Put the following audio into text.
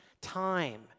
time